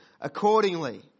accordingly